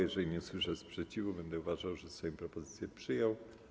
Jeżeli nie usłyszę sprzeciwu, będę uważał, że Sejm propozycję przyjął.